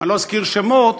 אני לא אזכיר שמות,